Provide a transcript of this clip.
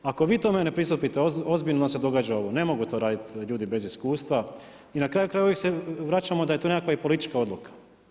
Ako vi tome ne pristupite ozbiljno, onda se događa ovo, ne mogu to raditi ljudi bez iskustva i na kraju krajeva uvijek se vraćamo da je to nekakva i politička odluka.